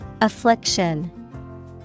Affliction